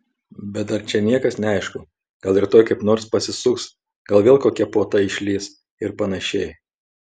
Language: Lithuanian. bet dar čia niekas neaišku gal rytoj kaip nors pasisuks gal vėl kokia puota išlįs ir panašiai